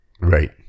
Right